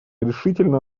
решительно